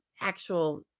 actual